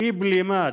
לאי-בלימת